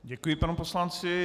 Děkuji panu poslanci.